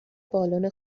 بالن